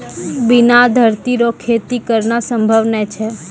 बिना धरती रो खेती करना संभव नै छै